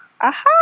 Aha